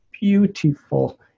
beautiful